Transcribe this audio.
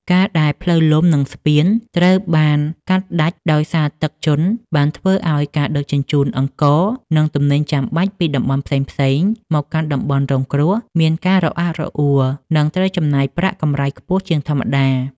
ការដែលផ្លូវលំ និងស្ពានត្រូវបានកាត់ដាច់ដោយសារទឹកជន់ បានធ្វើឱ្យការដឹកជញ្ជូនអង្ករ និងទំនិញចាំបាច់ពីតំបន់ផ្សេងៗមកកាន់តំបន់រងគ្រោះមានការរអាក់រអួល និងត្រូវចំណាយប្រាក់កម្រៃខ្ពស់ជាងធម្មតា។